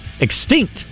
extinct